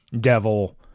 devil